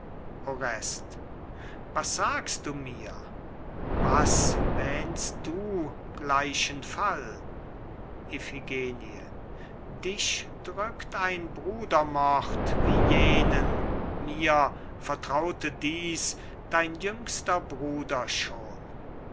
was sagst du mir was wähnst du gleichen fall iphigenie dich drückt ein brudermord wie jenen mir vertraute dieß dein jüngster bruder schon